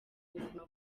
buzima